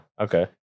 Okay